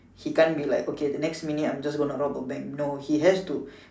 he can't be like okay the next minute I'm just gonna rob a bank no he has to